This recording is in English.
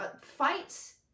fights